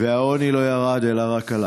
והעוני לא ירד אלא רק עלה.